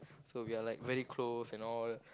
so we are like very close and all